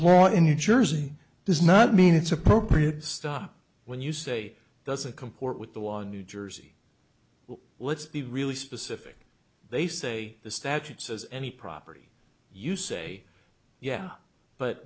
law in new jersey does not mean it's appropriate stop when you say doesn't comport with the law in new jersey let's be really specific they say the statute says any property you say yeah but